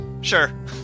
sure